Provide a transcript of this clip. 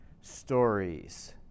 stories